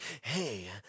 Hey